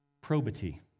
probity